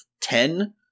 ten